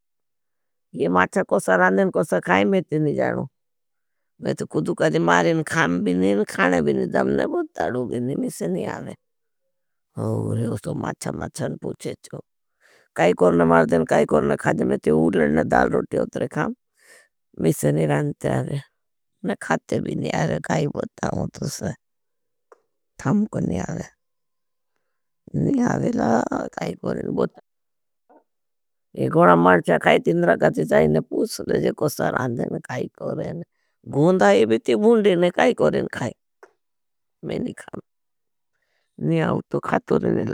ये माच्चा कोई सारान देन कोई सारान खाई मैं ते नहीं जाणू। मैं तो कुदू कजी मारेन खाम भी नहीं खाने भी नहीं दम नहीं बहुत धाड़ू भी नहीं मैं से नहीं आवें। होरे वो सो माच्चा माच्चान पूछेच्छो। काई कोरना मार देन काई कोरना खाई मैं ते उडलेन, दाल रोटी ओतरे खाम मैं से नहीं आवें। मैं खाते भी नहीं आवें काई बहुत धाओ तुसरे थाम को नहीं आवें। नहीं आवेला काई कोरें बहुत धाओ तुसरे। एक गणा मार्चा काई तीन रखाते जाएने पूछेच्छो। काई कोरना मार देन काई कोरना खाई मैं ते उडलेन दाल रोटी ओतरे खाम। मैं से नहीं आवें नहीं आवें।